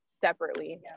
separately